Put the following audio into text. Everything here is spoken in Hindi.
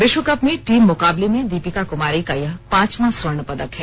विश्वकप में टीम मुकाबले में दीपिका कुमारी का यह पांचवां स्वर्ण पदक है